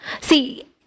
See